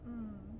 mm